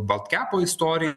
baltkepo istorija